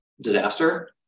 disaster